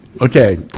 Okay